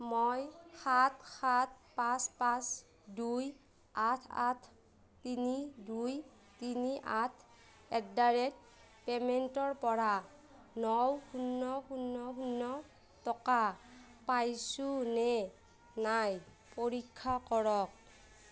মই সাত সাত পাঁচ পাঁচ দুই আঠ আঠ তিনি দুই তিনি আঠ এট দ্য় ৰেট পেমেণ্টৰ পৰা ন শূন্য শূন্য শূন্য টকা পাইছোনে নাই পৰীক্ষা কৰক